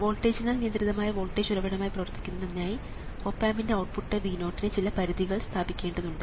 വോൾട്ടേജിനാൽ നിയന്ത്രിതമായ വോൾട്ടേജ് ഉറവിടമായി പ്രവർത്തിക്കുന്നതിനായി ഓപ് ആമ്പിൻറെ ഔട്ട്പുട്ട് V0 ന് ചില പരിധികൾ സ്ഥാപിക്കേണ്ടതുണ്ട്